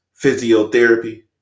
physiotherapy